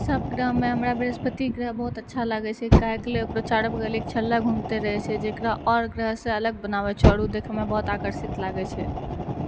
सब ग्रहमे हमरा बृहस्पति ग्रह बहुत अच्छा लागै छै काहेके लिए ओकरा चारु बगल एक छल्ला घूमते रहै छै जेकरा आओर ग्रह से अलग बनाबै छै आओर ओ देखयमे बहुत आकर्षित लागै छै